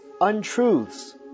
untruths